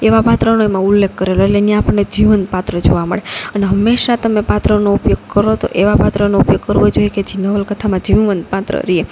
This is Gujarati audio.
એવા પાત્રોનો એમાં ઉલ્લેખ કરેલ અને એની આપડે જીવંત પાત્ર જોવા મળે અને હંમેશા તમે પાત્રોનો ઉપયોગ કરો તો એવા પાત્રનો ઉપયોગ કરવો જોઈએ કે જે નવલકથામાં જીવંત પાત્ર રે